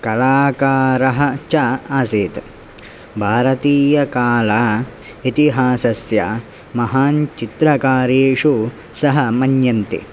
कलाकारः च आसीत् भारतीयकाल इतिहासस्य महान् चित्रकारेषु सः मन्यन्ते